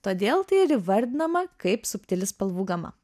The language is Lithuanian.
todėl tai ir įvardinama kaip subtili spalvų gama